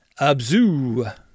Abzu